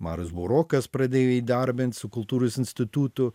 marius burokas pradėjo įdarbint su kultūros institutu